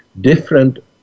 different